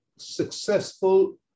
successful